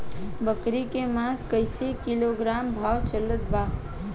बकरी के मांस कईसे किलोग्राम भाव चलत बा?